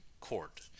court